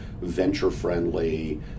venture-friendly